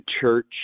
church